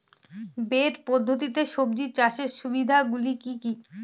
Bed পদ্ধতিতে সবজি চাষের সুবিধাগুলি কি কি?